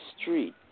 street